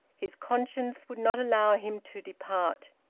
his conscience would not allow him to depart.